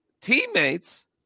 teammates